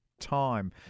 time